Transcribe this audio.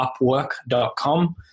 upwork.com